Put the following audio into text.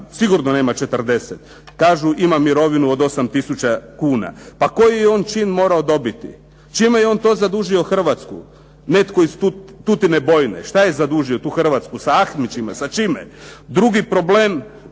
sigurno nema 40. Kažu ima mirovinu od 8000 kuna. Pa koji je on čin morao dobiti? Čime je on to zadužio Hrvatsku? Netko iz Tutine bojne. Šta je zadužio tu Hrvatsku, sa Ahmićima, sa čime? Drugi problem